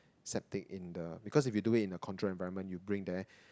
septic it in the because if you do it in a control environment you bring there